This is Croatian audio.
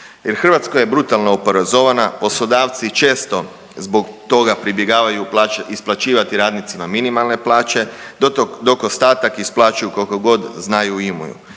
jer Hrvatska je brutalno oporezovana, poslodavci često zbog toga pribjegavaju isplaćivati minimalne plaće dok ostatak isplaćuju kako god znaju i imaju.